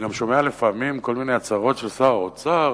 ואני גם שומע לפעמים כל מיני הצהרות של שר האוצר